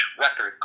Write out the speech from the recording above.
record